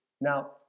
Now